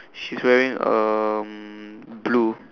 she's wearing um blue